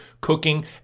cooking